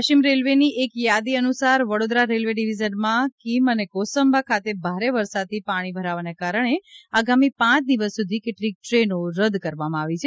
પશ્ચિમ રેલવેની એક યાદી અનુસાર વડોદરા રેલવે ડિવીઝનમાં કીમ અને કોસંબા ખાતે ભારે વરસાદથી પાણી ભરાવાને કારણે આગામી પાંચ દિવસ સુધી કેટલીક ટ્રેનો રદ કરવામાં આવી છે